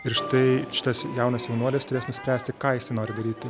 ir štai šitas jaunas jaunuolis turės nuspręsti ką jisai nori daryti